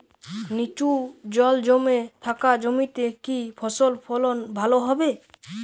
নিচু জল জমে থাকা জমিতে কি ফসল ফলন ভালো হবে?